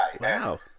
Wow